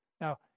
Now